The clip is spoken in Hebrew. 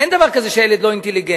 אין דבר כזה שהילד לא אינטליגנט,